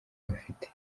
bafite